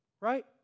Right